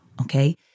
okay